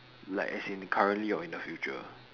like as in currently or in the future